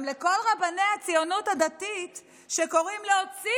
גם לכל רבני הציונות הדתית שקוראים להוציא